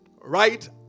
right